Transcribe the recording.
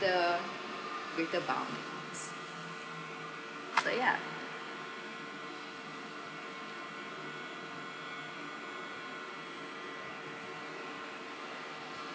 the with the bounds so ya